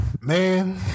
man